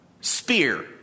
Spear